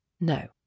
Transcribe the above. No